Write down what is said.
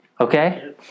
Okay